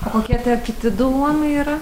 o kokie tie kiti du luomai yra